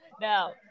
No